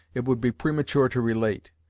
it would be premature to relate,